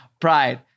Pride